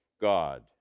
God